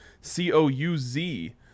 C-O-U-Z